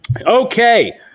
Okay